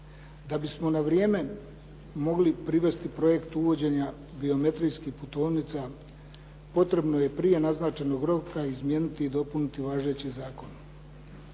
Da bismo na vrijeme mogli privesti projekt uvođenja biometrijskih putovnica potrebno je prije naznačenog roka izmijeniti i dopuniti važeći zakon.